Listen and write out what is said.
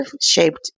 shaped